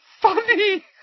funny